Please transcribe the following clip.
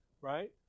right